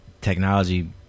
technology